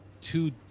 two